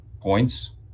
points